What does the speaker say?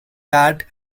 that